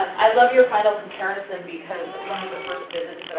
i love your final comparison because of one of the first visits but